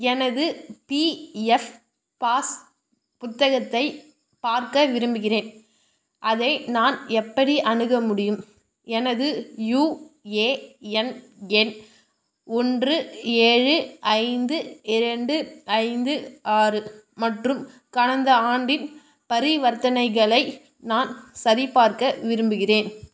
எனது PF pass புத்தகத்தைப் பார்க்க விரும்புகிறேன் அதை நான் எப்படி அணுக முடியும் எனது யுஏஎன் எண் ஒன்று ஏழு ஐந்து இரண்டு ஐந்து ஆறு மற்றும் கடந்த ஆண்டின் பரிவர்த்தனைகளை நான் சரிபார்க்க விரும்புகிறேன்